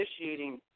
initiating